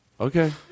Okay